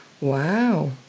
Wow